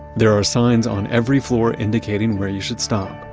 there are signs on every floor indicating where you should stop.